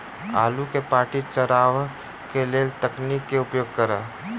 आलु केँ पांति चरावह केँ लेल केँ तकनीक केँ उपयोग करऽ?